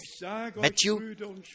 Matthew